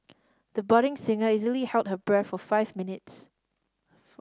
the budding singer easily held her breath for five minutes